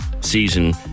season